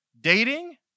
dating